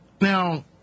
now